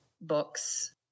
books